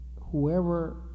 whoever